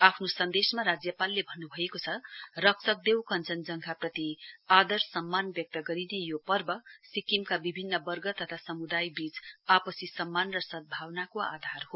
आफ्नो सन्देसमा राज्यपालले भन्नु भएको छ रक्षकदेव कञ्जनजङ्गाप्रति आदर सम्मान व्यक्त गरिने यो पर्व सिक्किमका विभिन्न वर्ग तथा समुदायबीच आपसी सम्मान र सदभावनाको आधार हो